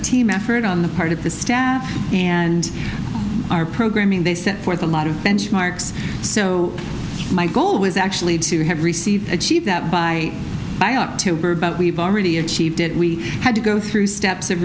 team effort on the part of the staff and our programming they set forth a lot of benchmarks so my goal was actually to have received achieve that by we've already achieved it we had to go through steps of